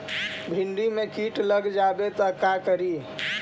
भिन्डी मे किट लग जाबे त का करि?